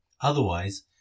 Otherwise